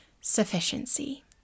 sufficiency